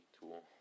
tool